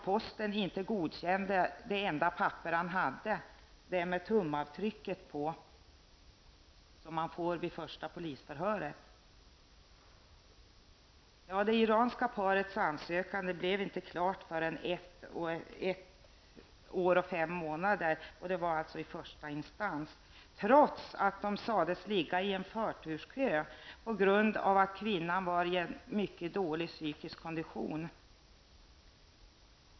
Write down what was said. Posten godkände inte det enda papper som han hade: det med tumavtrycket på som man får vid första polisförhöret. Det iranska parets ansökan blev inte klar förrän efter ett år och fem månader i första instans, trots att paret sades ligga i en förturskö på grund av att kvinnan befann sig i mycket dålig psykisk kondition.